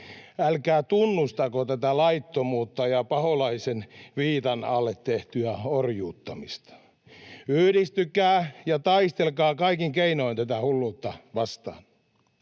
älkää tunnustako tätä laittomuutta ja Paholaisen viitan alle tehtyä orjuuttamista. Yhdistykää ja taistelkaa kaikin keinoin tätä hulluutta vastaan.